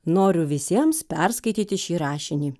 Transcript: noriu visiems perskaityti šį rašinį